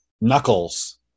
Knuckles